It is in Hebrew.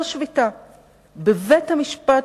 בבית-המשפט,